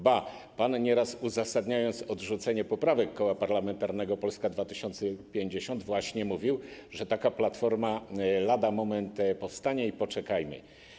Ba, pan nieraz, uzasadniając odrzucenie poprawek Koła Parlamentarnego Polska 2050, właśnie mówił, że taka platforma lada moment powstanie, więc poczekajmy.